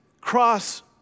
cross